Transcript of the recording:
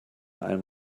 einem